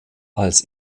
als